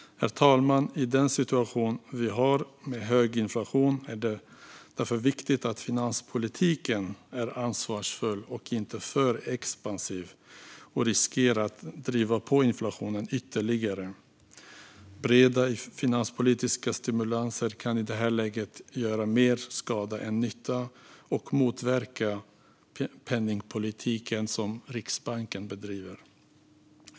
Herr talman! I den situation vi har, med hög inflation, är det viktigt att finanspolitiken är ansvarsfull och inte för expansiv så att den riskerar att driva på inflationen ytterligare. Breda finanspolitiska stimulanser kan i det här läget göra mer skada än nytta och motverka den penningpolitik som Riksbanken bedriver.